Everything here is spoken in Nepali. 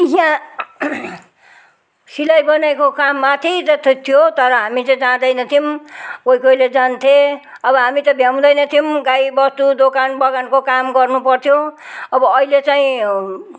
यहाँ सिलाईबुनाईको काम माथि जस्तै थियो तर हामी चाहिँ जाँदैन थियौँ कोही कोहीले जान्थे अब हामी त भ्याउँदैन थियौँ गाईबस्तु दोकानबगानको काम गर्नु पर्थ्यो अब अहिले चाहिँ